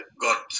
got